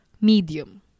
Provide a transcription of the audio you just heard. Medium